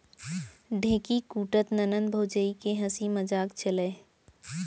ढेंकी कूटत ननंद भउजी के हांसी मजाक चलय